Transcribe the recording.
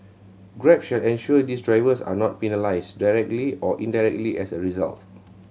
grab shall ensure these drivers are not penalised directly or indirectly as a result